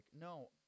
No